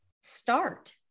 start